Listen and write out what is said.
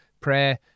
prayer